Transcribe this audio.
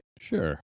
Sure